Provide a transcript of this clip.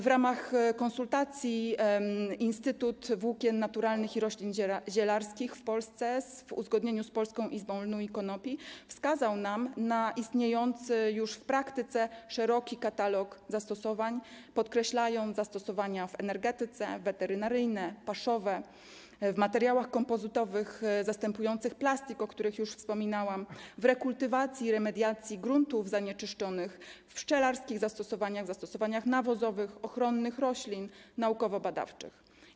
W ramach konsultacji Instytut Włókien Naturalnych i Roślin Zielarskich w Polsce w uzgodnieniu z Polską Izbą Lnu i Konopi wskazał nam na istniejący już w praktyce szeroki katalog zastosowań, podkreślając zastosowania w energetyce, weterynaryjne, paszowe, w materiałach kompozytowych zastępujących plastik, o których już wspominałam, w rekultywacji i remediacji gruntów zanieczyszczonych, pszczelarskie zastosowania, zastosowania nawozowe, ochronne roślin, naukowo-badawcze.